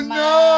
no